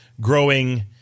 growing –